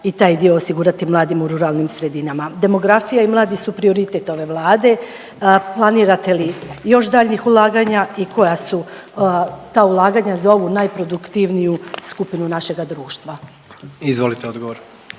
i taj dio osigurati mladim u ruralnim sredinama. Demografija i mladi su prioritet ove Vlade. Planirate li još daljnjih ulaganja i koja su ta ulaganja za ovu najproduktivniju skupinu našega društva? **Jandroković,